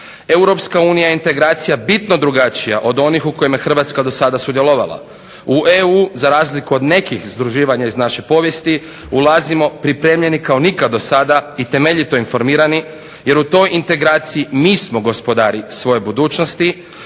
Europska unija je integracija bitno drugačija od onih u kojima je Hrvatska do sada sudjelovala. U EU za razliku od nekih združivanja iz naše povijesti ulazimo pripremljeni kao nikad do sada i temeljito informirani jer u toj integraciji mi smo gospodari svoje budućnosti